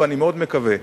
ואני מאוד מקווה,